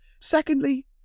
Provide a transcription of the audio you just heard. Secondly